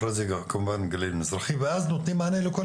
אחרי זה גם כמובן גליל מזרחי ואז נותנים מענה לכל